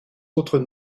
autres